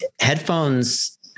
headphones